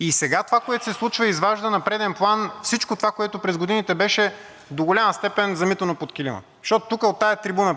И сега това, което се случва, изважда на преден план всичко това, което през годините беше до голяма степен замитано под килима. Защото тук, от тази трибуна,